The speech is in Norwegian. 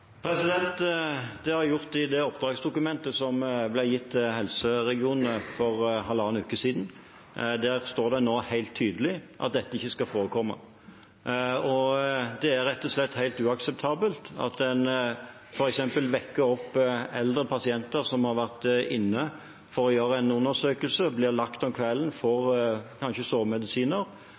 Det har jeg gjort i det oppdragsdokumentet som ble gitt helseregionene for halvannen uke siden. Der står det nå helt tydelig at dette ikke skal forekomme. Det er rett og slett helt uakseptabelt at eldre pasienter som f.eks. har vært inne for å gjøre en undersøkelse, blir lagt om kvelden, får kanskje sovemedisiner og så